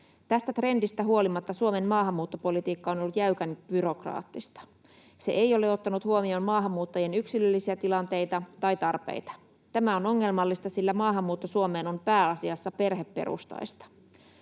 Tästä trendistä huolimatta Suomen maahanmuuttopolitiikka on ollut jäykän byrokraattista. Se ei ole ottanut huomioon maahanmuuttajien yksilöllisiä tilanteita tai tarpeita. Tämä on ongelmallista, sillä maahanmuutto Suomeen on pääasiassa perheperustaista.